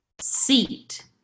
seat